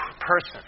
person